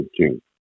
June